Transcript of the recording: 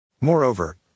Moreover